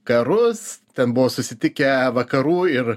karus ten buvo susitikę vakarų ir